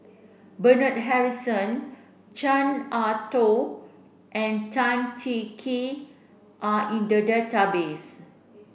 Bernard Harrison Chan Ah Kow and Tan Cheng Kee are in the database